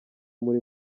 muri